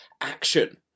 action